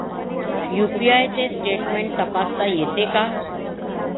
UPI चे statement तपासता येते का?